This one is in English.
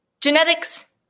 Genetics